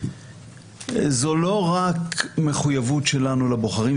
זו לא רק מחויבות שלנו לבוחרים,